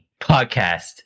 podcast